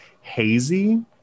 hazy